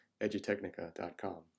edutechnica.com